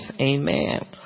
Amen